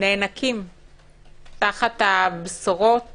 נאנקים תחת הבשורות